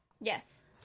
Yes